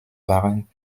waren